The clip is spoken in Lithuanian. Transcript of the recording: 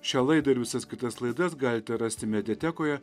šią laidą ir visas kitas laidas galite rasti mediatekoje